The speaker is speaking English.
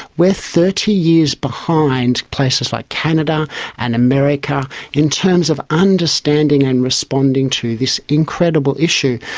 we are thirty years behind places like canada and america in terms of understanding and responding to this incredible issue.